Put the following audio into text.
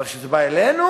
אבל כשזה בא אלינו,